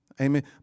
Amen